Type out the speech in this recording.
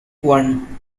one